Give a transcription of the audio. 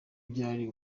byari